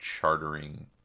chartering